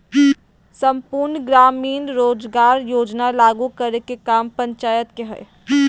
सम्पूर्ण ग्रामीण रोजगार योजना लागू करे के काम पंचायत के हय